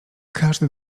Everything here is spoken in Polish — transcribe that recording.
każdy